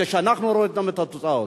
כשאנחנו רואים גם את התוצאות.